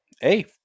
Hey